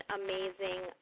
amazing